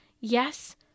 Yes